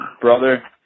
brother